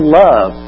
love